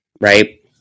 right